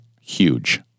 Huge